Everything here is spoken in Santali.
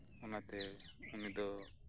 ᱚᱱᱟᱛᱮ ᱩᱱᱤᱫᱚ